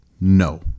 no